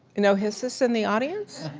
no hisses in the audience?